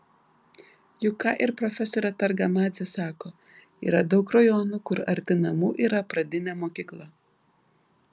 juk ką ir profesorė targamadzė sako yra daug rajonų kur arti namų yra pradinė mokykla